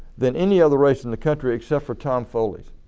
than any other race in the country except for tom foley.